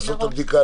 לעשות את הבדיקה,